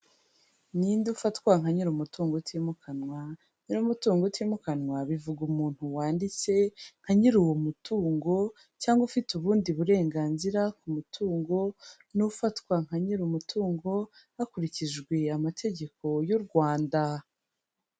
Ninde ufatwa nka nyir'umutungo utimukanwa nyirmutungo utimukanwa bivuga umuntu wanditse nka nyir'uwo mutungo cyangwa ufite ubundi burenganzira ku mutungo n'ufatwa nka nyir'umutungo hakurikijwe amategeko y'uRwanda.